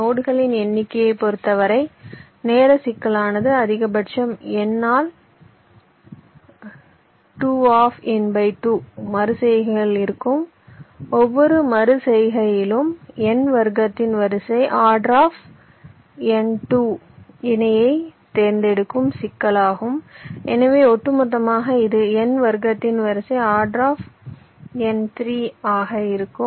நோடுகளின் எண்ணிக்கையைப் பொறுத்தவரை நேர சிக்கலானது அதிகபட்சம் n ஆல் 2 n 2 மறு செய்கைகள் இருக்கும் ஒவ்வொரு மறு செய்கையிலும் n வர்க்கத்தின் வரிசை O இணையை தேர்ந்தெடுக்கும் சிக்கலாகும் எனவே ஒட்டுமொத்தமாக இது n வர்க்கத்தின் வரிசை O ஆக இருக்கும்